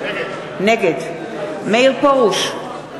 נגד מאיר פרוש,